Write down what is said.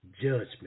judgment